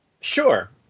sure